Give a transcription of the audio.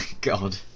God